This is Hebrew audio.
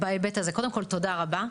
קודם כל, תודה רבה.